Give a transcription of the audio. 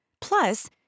Plus